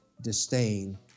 disdain